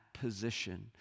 position